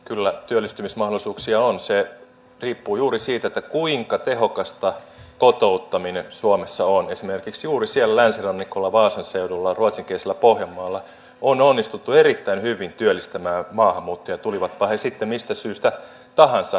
kyllä työllistymismahdollisuuksia on se riippuu juuri siitä kuinka tehokasta kotouttaminen suomessa on esimerkiksi uudis ja länsirannikolla vaasan seudulla ruotsinkielisellä pohjanmaalla on onnistuttu erittäin hyvin työllistämään maahanmuuttajia tulivatpa he sitten mistä syystä tahansa